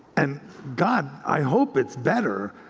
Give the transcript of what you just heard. and god, i hope it's better,